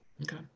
okay